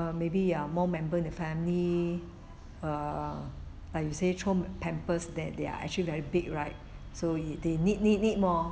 err maybe there are more member in the family err like you say children pampers that they are actually very big right so they they need need need more